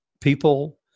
people